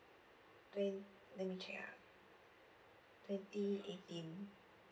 twen~ let me check ah twenty eighteen